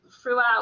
throughout